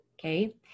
okay